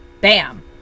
bam